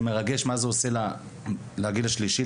מרגש מה זה עושה לגיל השלישי,